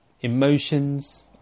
emotions